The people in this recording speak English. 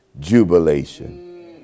Jubilation